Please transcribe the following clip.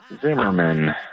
Zimmerman